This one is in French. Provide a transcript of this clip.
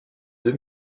deux